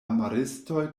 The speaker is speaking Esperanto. maristoj